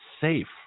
safe